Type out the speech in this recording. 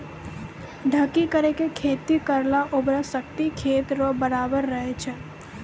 ढकी करी के खेती करला उर्वरा शक्ति खेत रो बरकरार रहे छै